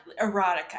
erotica